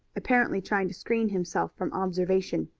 apparently trying to screen himself from observation.